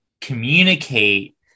communicate